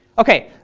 okay,